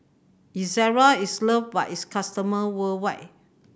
Ezerra is loved by its customer worldwide